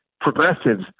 progressives